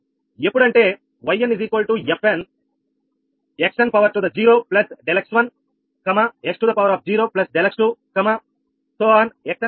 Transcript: ఎప్పుడంటే yn 𝑓n x1 ∆x1 x2 ∆x2